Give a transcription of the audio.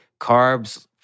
carbs